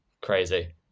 Crazy